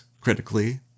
critically